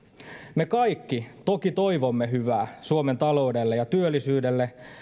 me kaikki toki toivomme hyvää suomen taloudelle ja työllisyydelle